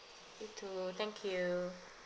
you too thank you